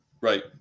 Right